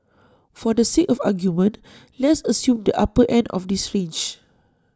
for the sake of argument let's assume the upper end of this range